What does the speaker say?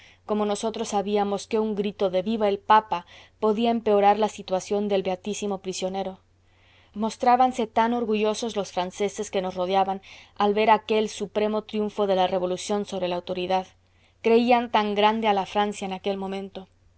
como nosotros sabíamos que un grito de viva el papa podía empeorar la situación del beatísimo prisionero mostrábanse tan orgullosos los franceses que nos rodeaban al ver aquel supremo triunfo de la revolución sobre la autoridad creían tan grande a la francia en aquel momento